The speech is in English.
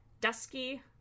Dusky